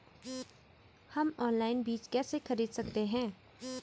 हम ऑनलाइन बीज कैसे खरीद सकते हैं?